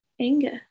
anger